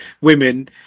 women